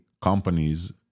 companies